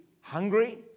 hungry